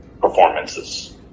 performances